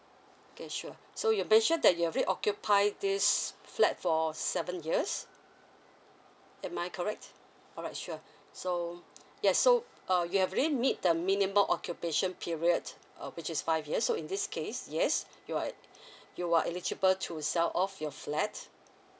okay sure so you mentioned that you're been occupied this flat for seven years am I correct alright sure so yes so uh you have already meet the minimum occupation periods uh which is five years so in this case yes you're you are eligible to sell off your flat